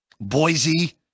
Boise